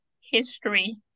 history